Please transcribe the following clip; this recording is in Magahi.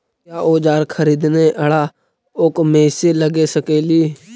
क्या ओजार खरीदने ड़ाओकमेसे लगे सकेली?